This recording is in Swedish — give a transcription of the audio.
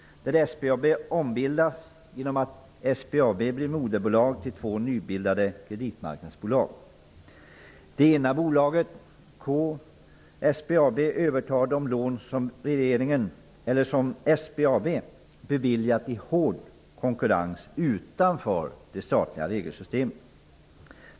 SBAB ombildas genom att SBAB blir moderbolag till två nybildade kreditmarknadsbolag. Det ena bolaget, K-SBAB, övertar de lån som SBAB beviljat i hård konkurrens, utanför det statliga regelsystemet.